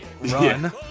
run